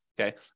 okay